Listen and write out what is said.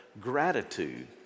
gratitude